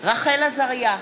רחל עזריה,